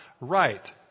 right